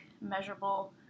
measurable